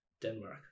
Denmark